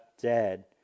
dead